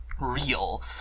real